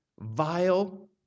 vile